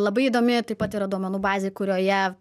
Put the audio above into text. labai įdomi taip pat yra duomenų bazė kurioje